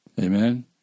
Amen